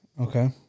Okay